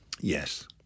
Yes